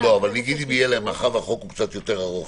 נגיד אם תהיה להם, מאחר והחוק הוא קצת יותר ארוך?